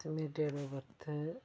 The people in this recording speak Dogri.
मेरी डेट आफ बर्थ ऐ